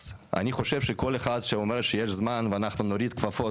אז אני חושב שכל אחד שאומר שיש זמן ואנחנו נוריד כפפות,